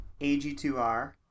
AG2R